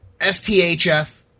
STHF